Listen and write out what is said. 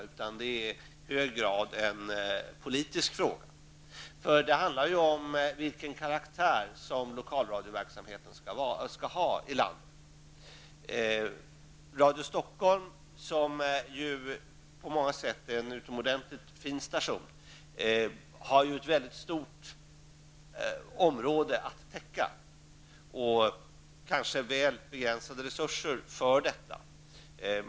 Detta är också i hög grad en politisk fråga. Det handlar ju om vilken karaktär som landets lokalradioverksamhet skall ha. På många sätt är Radio Stockholm en utomordentligt fin station, som har ett mycket stort område att täcka -- trots kanske nog så begränsade resurser.